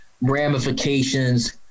ramifications